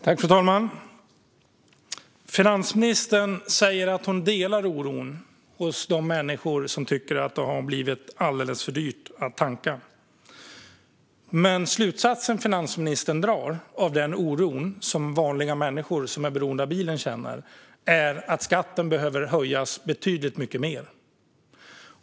Fru talman! Finansministern säger att hon delar oron hos de människor som tycker att det har blivit alldeles för dyrt att tanka. Men den slutsats som finansministern drar av den oro som vanliga människor som är beroende av bilen känner är att skatten behöver höjas betydligt mycket mer.